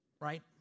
right